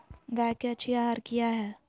गाय के अच्छी आहार किया है?